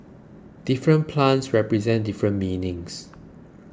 different plants represent different meanings